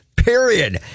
period